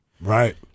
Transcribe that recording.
Right